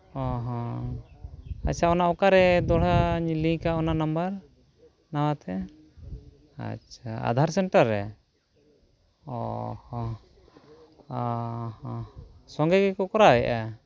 ᱚᱼᱦᱚ ᱟᱪᱪᱷᱟ ᱚᱱᱟ ᱚᱠᱟᱨᱮ ᱫᱚᱦᱲᱟᱧ ᱼᱟ ᱚᱱᱟ ᱱᱟᱣᱟᱛᱮ ᱟᱪᱪᱷᱟ ᱨᱮ ᱚᱼᱦᱚ ᱚᱼᱦᱚ ᱥᱚᱸᱜᱮ ᱜᱮᱠᱚ ᱠᱚᱨᱟᱣᱮᱫᱼᱟ